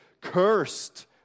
cursed